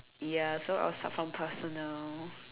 ya so I will start from personal